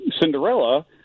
Cinderella